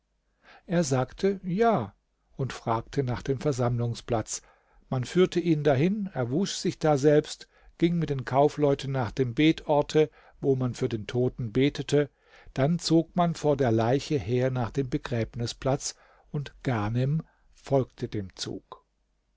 er sagte ja und fragte nach dem versammlungsplatz man führte ihn dahin er wusch sich daselbst ging mit den kaufleuten nach dem betorte wo man für den toten betete dann zog man vor der leiche her nach dem begräbnisplatz und ghanem folgte dem zug